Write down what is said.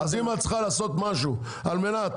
אז אם את צריכה לעשות משהו על מנת